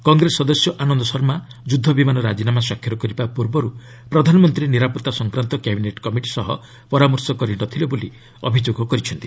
କଂଗ୍ରେସ ସଦସ୍ୟ ଆନନ୍ଦ ଶର୍ମା ଯୁଦ୍ଧବିମାନ ରାଜିନାମା ସ୍ୱାକ୍ଷର କରିବା ପୂର୍ବରୁ ପ୍ରଧାନମନ୍ତ୍ରୀ ନିରାପତ୍ତା ସଂକ୍ରାନ୍ତ କ୍ୟାବିନେଟ୍ କମିଟି ସହ ପରାମର୍ଶ କରି ନ ଥିଲେ ବୋଲି ଅଭିଯୋଗ କରିଛନ୍ତି